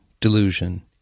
delusion